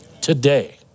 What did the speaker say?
Today